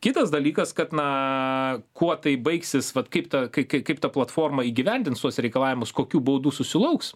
kitas dalykas kad na kuo tai baigsis vat kaip ta kai kai kaip ta platforma įgyvendins tuos reikalavimus kokių baudų susilauks